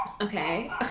Okay